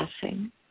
passing